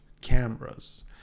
cameras